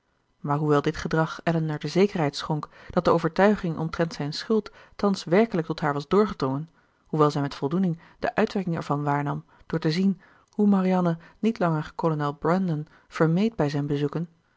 maar hoewel dit gedrag elinor de zekerheid schonk dat de overtuiging omtrent zijn schuld thans werkelijk tot haar was doorgedrongen hoewel zij met voldoening de uitwerking ervan waarnam door te zien hoe marianne niet langer kolonel brandon vermeed bij zijn bezoeken